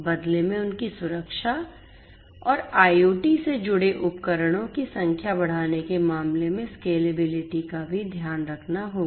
बदले में उनकी सुरक्षा और IoT से जुड़े उपकरणों की संख्या बढ़ाने के मामले में स्केलेबिलिटी का भी ध्यान रखना होगा